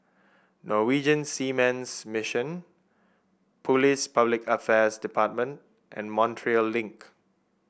Norwegian Seamen's Mission Police Public Affairs Department and Montreal Link